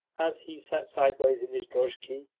as he sat sideways in his drozhki,